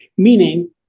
meaning